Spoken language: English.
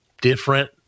different